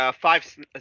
five